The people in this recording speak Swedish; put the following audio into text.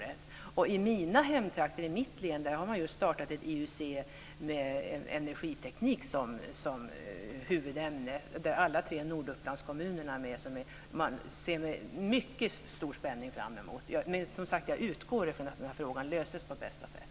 I mitt hemlän har man just starta ett IUC med energiteknik som huvudämne där alla tre Nordupplandskommuner ingår. Jag ser med mycket stor spänning fram mot detta. Men, som sagt, jag utgår från att den här frågan löses på bästa sätt.